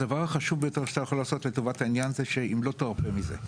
הדבר החשוב ביותר שאתה יכול לעשות בעניין הזה זה לא להרפות מזה.